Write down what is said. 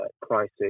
crisis